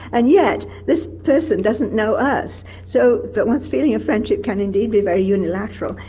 and yet this person doesn't know us, so that one's feeling of friendship can indeed be very unilateral,